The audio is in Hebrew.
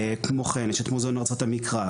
כמו כן יש את מוזיאון ארצות המקרא,